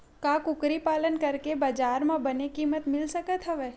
का कुकरी पालन करके बजार म बने किमत मिल सकत हवय?